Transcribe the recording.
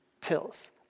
pills